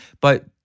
But-